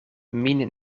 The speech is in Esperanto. min